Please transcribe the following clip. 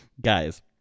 guys